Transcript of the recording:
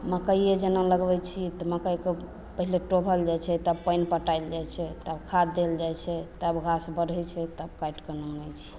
मक्कइये जेना लगबय छी तऽ मक्कइके पहिले टोभल जाइ छै तब पानि पटायल जाइ छै तब खाद देल जाइ छै तब घास बढय छै तब काटिके आनय छियै